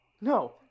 No